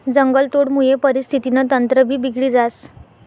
जंगलतोडमुये परिस्थितीनं तंत्रभी बिगडी जास